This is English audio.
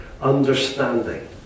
understanding